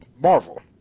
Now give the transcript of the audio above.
Marvel